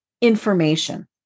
information